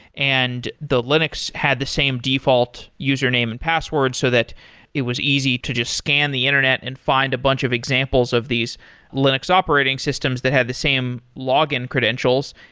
and the linux had the same default username and password so that it was easy to just scan the internet and find a bunch of examples of these linux operating systems that have the same login credentials,